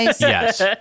Yes